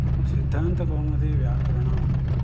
सिद्धान्तकौमुदीव्याकरणं